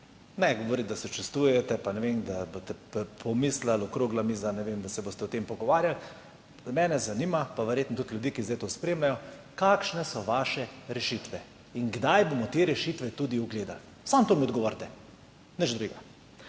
Ne govoriti, da sočustvujete, pa ne vem, da boste pomislili, okrogla miza, ne vem, da se boste o tem pogovarjali, mene zanima, pa verjetno tudi ljudi, ki zdaj to spremljajo, kakšne so vaše rešitve in kdaj bomo te rešitve tudi ugledali. Samo na to mi odgovorite, nič drugega.